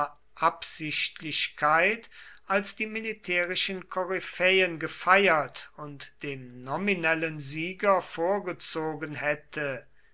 absichtlichkeit als die militärischen koryphäen gefeiert und dem nominellen sieger vorgezogen hätte